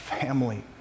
Family